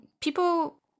people